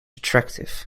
attractive